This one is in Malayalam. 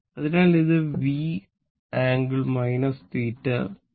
അതിനാൽ ഇത് V∟ θ